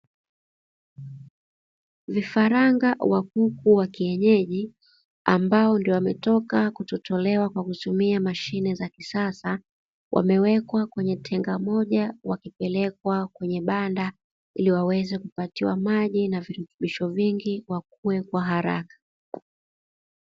Vifaranga wa kuku wa kienyeji ambao ndio wametoka kutotolewa kwa kutumia mashine za kisasa, wamewekwa kwenye tenga moja wakipelekwa kwenye banda ili waweze kupatiwa maji na virutubisho vingi wakuwe kwa haraka.